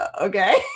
Okay